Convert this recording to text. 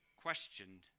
questioned